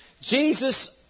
Jesus